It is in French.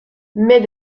mais